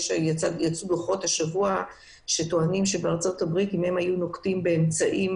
יצאו דוחות השבוע שטוענים שאם הם היו נוקטים בצעדים